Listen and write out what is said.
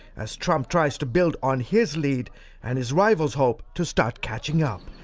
as trump tries to build on his lead and his rivals hope to start catching up.